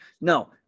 No